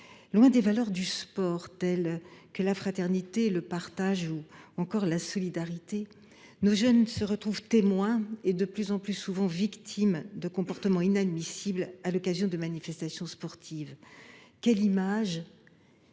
Loin des valeurs du sport que sont la fraternité, le partage, ou encore la solidarité, nos jeunes se retrouvent témoins et, de plus en plus souvent, victimes de comportements inadmissibles à l’occasion de manifestations sportives. Quelle image